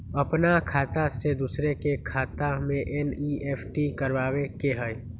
अपन खाते से दूसरा के खाता में एन.ई.एफ.टी करवावे के हई?